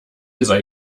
sei